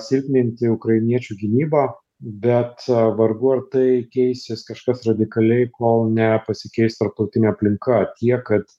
silpninti ukrainiečių gynybą bet vargu ar tai keisis kažkas radikaliai kol nepasikeis tarptautinė aplinka tiek kad